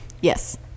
yes